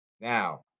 Now